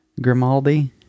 grimaldi